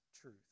truth